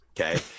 Okay